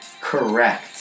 Correct